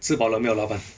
吃饱了没有老板